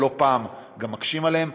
אבל לא פעם גם מקשים עליהם.